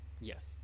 Yes